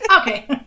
Okay